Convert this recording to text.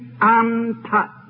untouched